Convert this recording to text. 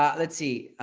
um let's see.